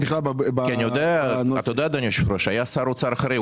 אתה יודע אדוני היושב-ראש, היה שר אוצר אחראי.